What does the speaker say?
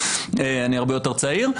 אני הרבה יותר צעיר.